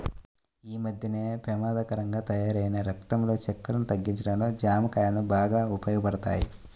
యీ మద్దెన పెమాదకరంగా తయ్యారైన రక్తంలో చక్కెరను తగ్గించడంలో జాంకాయలు బాగా ఉపయోగపడతయ్